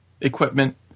equipment